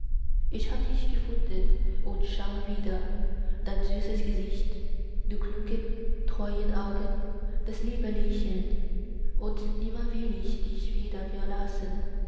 ich hab dich gefunden und schaue wieder dein süßes gesicht die klugen treuen augen das liebe lächeln und nimmer will ich dich wieder verlassen